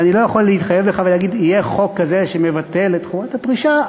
אני לא יכול להתחייב לך ולהגיד: יהיה חוק כזה שמבטל את חובת הפרישה,